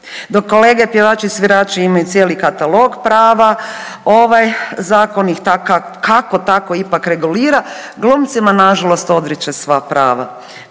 Dok kolege pjevači, svirači imaju cijeli katalog prava ovaj zakon ih kako tako ipak regulira, glumcima nažalost odriče sva prava.